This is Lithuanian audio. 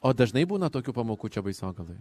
o dažnai būna tokių pamokų čia baisogaloj